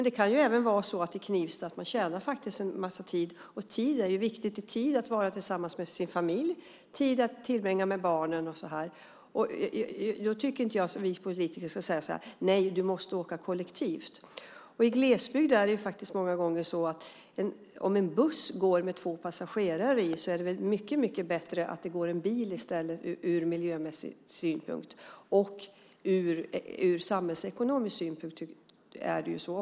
Det kan även vara så att man också som Knivstabo tjänar en massa tid, och tid är viktigt. Man behöver tid till att vara tillsammans med sin familj och tid att tillbringa med barnen. Jag tycker inte att vi politiker ska säga: Nej, du måste åka kollektivt! Och i glesbygden är det många gånger så att det ur miljömässig och samhällsekonomisk synpunkt är mycket bättre om det går en bil i stället för en buss med två passagerare i.